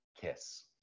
kiss